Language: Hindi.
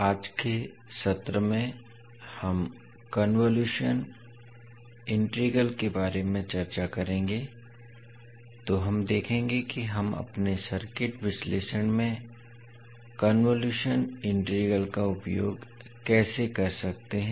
आज के सत्र में हम कन्वोलुशन इंटीग्रल के बारे में चर्चा करेंगे तो हम देखेंगे कि हम अपने सर्किट विश्लेषण में कन्वोलुशन इंटीग्रल का उपयोग कैसे कर सकते हैं